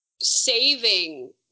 saving